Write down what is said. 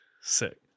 Sick